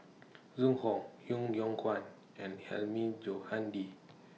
Zhu Hong Yeo Yeow Kwang and Hilmi Johandi